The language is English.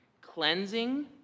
Cleansing